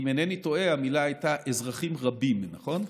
אם אינני טועה, המילה הייתה "אזרחים רבים", נכון?